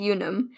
Unum